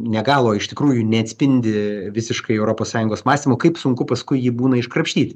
ne gal o iš tikrųjų neatspindi visiškai europos sąjungos mąstymo kaip sunku paskui jį būna iškrapštyt